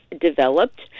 developed